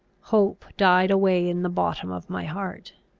hope died away in the bottom of my heart.